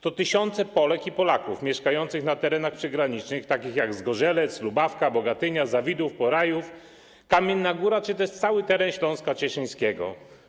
To tysiące Polek i Polaków mieszkających na terenach przygranicznych takich jak Zgorzelec, Lubawka, Bogatynia, Zawidów, Porajów, Kamienna Góra czy też cały teren Śląska Cieszyńskiego.